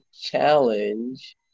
challenge